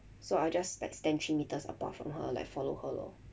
so I'll just like stand three meters apart from her like follow her lor